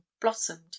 blossomed